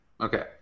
Okay